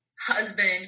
husband